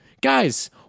guys